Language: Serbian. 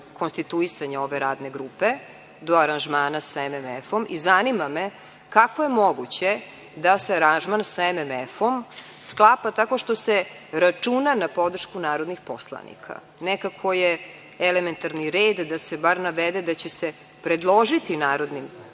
konstituisanja ove radne grupe do aranžmana sa MMF-om? I zanima me kako je moguće da se aranžman sa MMF-om sklapa tako što se računa na podršku narodnih poslanika? Nekako je elementarni red da se bar navede da će se predložiti narodnim poslanicima